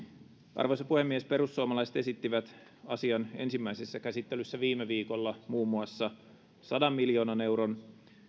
arvoisa puhemies perussuomalaiset esittivät asian ensimmäisessä käsittelyssä viime viikolla muun muassa sadan miljoonan euron